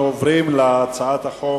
אנחנו עוברים להצעת חוק